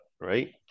right